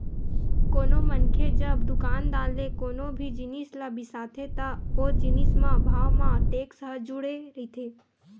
कोनो मनखे जब दुकानदार ले कोनो भी जिनिस ल बिसाथे त ओ जिनिस म भाव म टेक्स ह जुड़े रहिथे